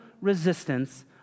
resistance